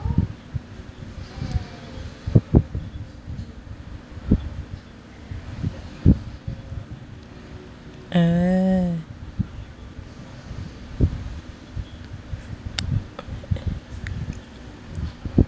uh